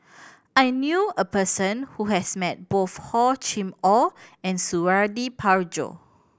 I knew a person who has met both Hor Chim Or and Suradi Parjo